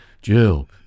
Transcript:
Jill